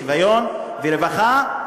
שוויון ורווחה,